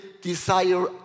desire